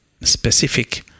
specific